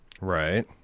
Right